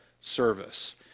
service